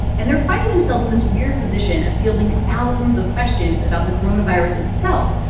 and they're finding themselves in this weird position of fielding thousands of questions about the coronavirus itself,